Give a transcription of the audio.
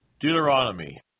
Deuteronomy